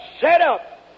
setup